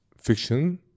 fiction